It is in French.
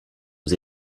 aux